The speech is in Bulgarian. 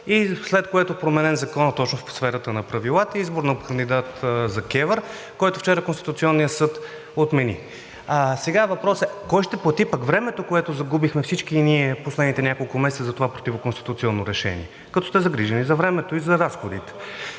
след което променен Законът точно по сферата на правилата, избор на кандидат за КЕВР, който вчера Конституционният съд отмени. Сега въпросът е: кой ще плати времето, което загубихме всички ние в последните няколко месеца за това противоконституционно решение, като сте загрижени за времето и за разходите?